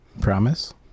Promise